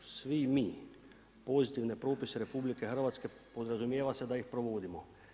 Svi mi pozitivne propise RH, podrazumijeva se da ih provodimo.